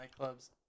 nightclubs